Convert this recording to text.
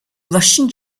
russian